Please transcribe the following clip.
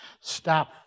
Stop